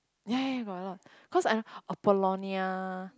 ya ya ya got a lot cause I've Apolonia